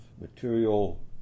material